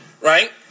right